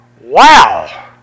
wow